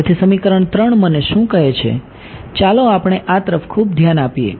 તેથી સમીકરણ 3 મને શું કહે છે ચાલો આપણે આ તરફ ખૂબ ધ્યાન આપીએ